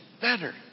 better